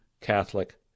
Catholic